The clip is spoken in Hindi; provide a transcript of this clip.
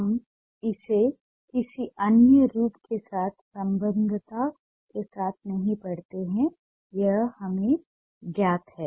हम इसे किसी अन्य रूप के साथ संबद्धता के साथ नहीं पढ़ते हैं यह हमें ज्ञात है